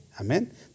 amen